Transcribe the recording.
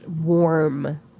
warm